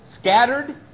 Scattered